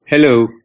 Hello